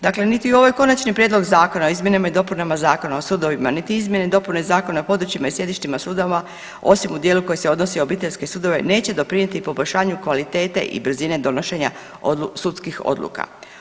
Dakle, niti u ovaj Konačni prijedlog o izmjenama i dopunama Zakona o sudovima, niti izmjene i dopune Zakona o područjima i sjedištima sudova osim u dijelu koji se odnosi na obiteljske sudove neće doprinijeti poboljšanju kvalitete i brzine donošenja sudskih odluka.